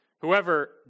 Whoever